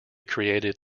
created